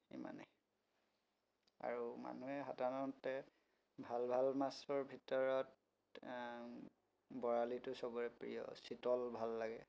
ইমানেই আৰু মানুহে সাধাৰণতে ভাল ভাল মাছৰ ভিতৰত বৰালিটো চবৰে প্ৰিয় চিতল ভাল লাগে